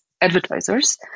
advertisers